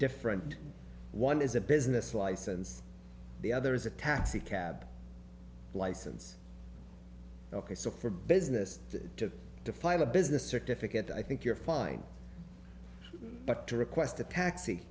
different one is a business license the other is a taxicab license ok so for business to define a business certificated i think you're fine but to request a taxi